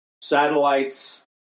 satellites